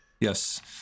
Yes